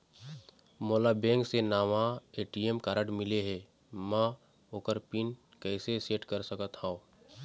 मोला बैंक से नावा ए.टी.एम कारड मिले हे, म ओकर पिन कैसे सेट कर सकत हव?